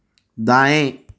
दाएँ